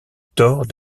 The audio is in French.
tort